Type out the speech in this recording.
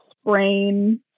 sprain